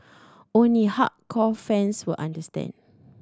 only hardcore fans will understand